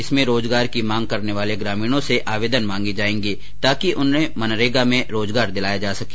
इसमें रोजगार की मांग करने वाले ग्रामीणों से आवेदन मांगे जायेंगे ताकि उन्हें मनरेगा में रोजगार दिलाया जा सके